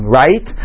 right